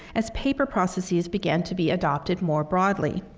as paper processes began to be adopted more broadly.